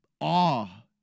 awe